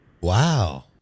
Wow